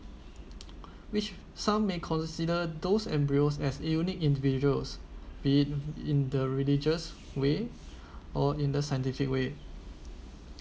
which some may consider those embryos as unique individuals been in the religious way or in the scientific way